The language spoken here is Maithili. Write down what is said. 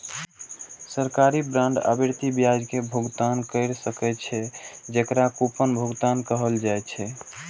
सरकारी बांड आवर्ती ब्याज के भुगतान कैर सकै छै, जेकरा कूपन भुगतान कहल जाइ छै